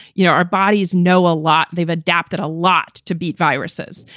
you know, our bodies know a lot. they've adapted a lot to beat viruses.